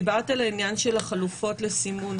דיברת על העניין של החלופות לסימון,